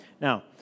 Now